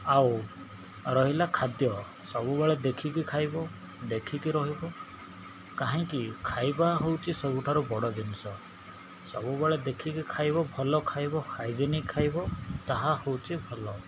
ଆଉ ରହିଲା ଖାଦ୍ୟ ସବୁବେଳେ ଦେଖିକି ଖାଇବ ଦେଖିକି ରହିବ କାହିଁକି ଖାଇବାହେଉଛି ସବୁଠାରୁ ବଡ଼ ଜିନିଷ ସବୁବେଳେ ଦେଖିକି ଖାଇବ ଭଲ ଖାଇବ ହାଇଜେନିକ୍ ଖାଇବ ତାହା ହେଉଛି ଭଲ